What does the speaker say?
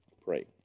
pray